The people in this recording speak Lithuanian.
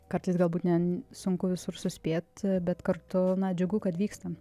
kartais galbūt nen sunku visur suspėt bet kartu džiugu kad vyksta